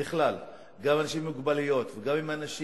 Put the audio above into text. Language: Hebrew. בכלל, גם אנשים עם מוגבלויות, וגם אנשים